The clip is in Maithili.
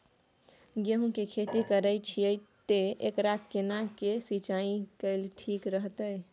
गेहूं की खेती करे छिये ते एकरा केना के सिंचाई कैल ठीक रहते?